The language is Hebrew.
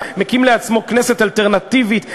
מקים לעצמו כנסת אלטרנטיבית,